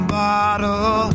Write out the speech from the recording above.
bottle